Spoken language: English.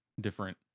different